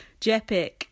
Jepic